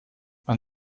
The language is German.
man